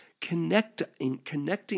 connecting